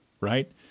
right